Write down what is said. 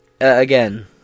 again